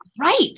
Right